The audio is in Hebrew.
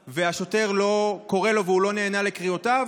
והשוטר קורא לו והוא לא נענה לקריאותיו,